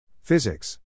Physics